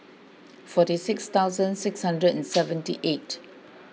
forty six thousand six hundred and seventy eight